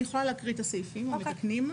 אני יכולה להקריא את הסעיפים המתקנים.